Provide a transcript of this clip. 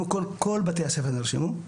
כל בתי הספר נרשמו.